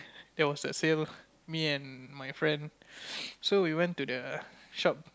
there was that sale me and my friend so we went to the shop